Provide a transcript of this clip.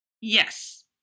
Yes